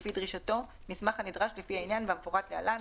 לפי דרישתו מסמך הנדרש לפי העניין והמפורט להלן: